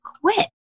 quit